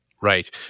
right